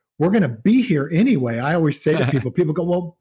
we're going to be here anyway, i always say to people, people go,